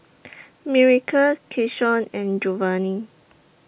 Miracle Keyshawn and Jovani